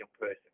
person